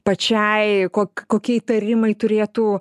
pačiai kok kokie įtarimai turėtų